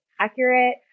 accurate